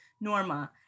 Norma